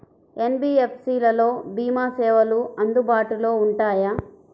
NBFC లలో భీమా సేవలు అందుబాటులో ఉంటాయా?